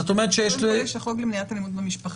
אז את אומרת שיש --- קודם כול יש את החוק למניעת אלימות במשפחה,